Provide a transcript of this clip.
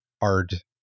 hard